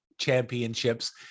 Championships